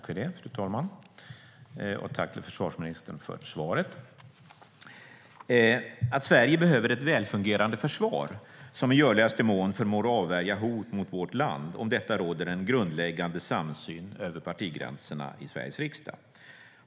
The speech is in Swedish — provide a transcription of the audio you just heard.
Fru talman! Tack till försvarsministern för svaret! Att Sverige behöver ett välfungerande försvar som i görligaste mån förmår att avvärja hot mot vårt land råder det en grundläggande samsyn om över partigränserna i Sveriges riksdag.